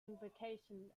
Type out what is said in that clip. invocation